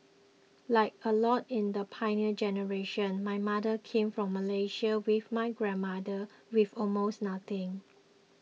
like a lot in the Pioneer Generation my mother came from Malaysia with my grandmother with almost nothing